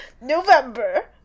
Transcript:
November